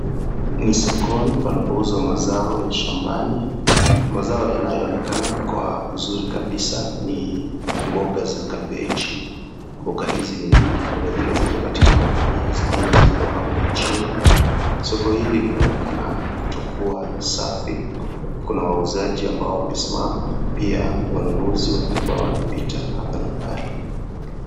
Ni sokoni, panapouzwa mazao ya shambani. Mazao yanayoonekana kwa uzuri kabisa ni mboga za kabeji. Mboga hizi ni nyingi. Kuna zile ziko katika magunia, zingine zimepangwa chini. Soko hili linaonekana kutokuwa safi. Kuna wauzaji ambao wamesimama, pia wanunuzi wakimba wanapita hapa na pale.